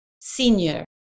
senior